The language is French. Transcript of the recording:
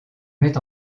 met